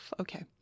Okay